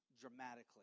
dramatically